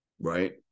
Right